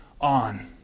on